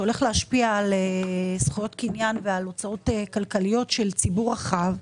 שהולך להשפיע על זכויות קניין ועל הוצאות כלכליות של ציבור רחב,